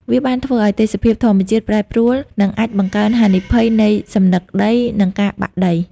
វាបានធ្វើឲ្យទេសភាពធម្មជាតិប្រែប្រួល និងអាចបង្កើនហានិភ័យនៃសំណឹកដី និងការបាក់ដី។